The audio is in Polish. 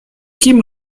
kim